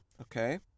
Okay